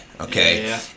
Okay